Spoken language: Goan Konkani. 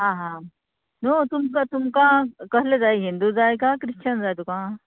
आं हां न्हू तुमकां तुमकां कसले जाय हिंदू जाय काय क्रिश्चन जाय तुका